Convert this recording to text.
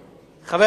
חנין.